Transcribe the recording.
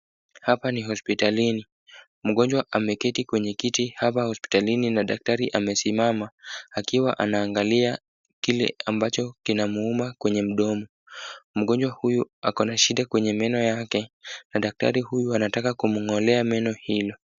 Hapa ni hospitalini. Mgonjwa ameketi kwenye kiti hapa hospitalini na daktari amesimama, akiwa anaangalia kile ambacho kinamuuma kwenye mdomo. Mgonjwa huyu ako na shida kwenye meno yake, na daktari huyu anataka kumng'olea meno hilo.